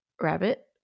Rabbit